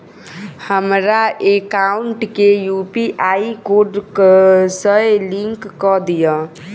हमरा एकाउंट केँ UPI code सअ लिंक कऽ दिऽ?